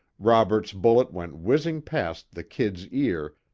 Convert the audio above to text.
robert's bullet went whizzing past the kid's ear,